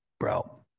Bro